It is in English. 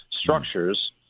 structures